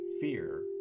fear